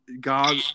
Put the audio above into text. God